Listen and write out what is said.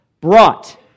brought